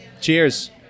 Cheers